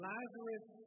Lazarus